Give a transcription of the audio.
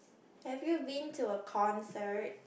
have you been to a concert